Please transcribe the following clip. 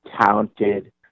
talented